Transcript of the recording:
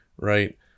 right